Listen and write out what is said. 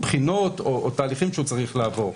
בחינות או תהליכים שהוא צריך לעבור,